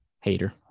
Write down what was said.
Hater